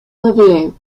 olivier